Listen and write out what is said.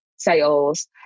sales